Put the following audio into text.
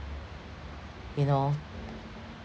you know